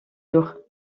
jours